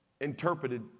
interpreted